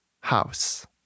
house